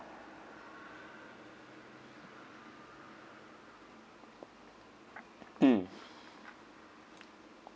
mm